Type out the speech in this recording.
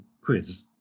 quiz